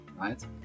right